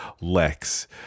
Lex